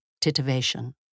titivation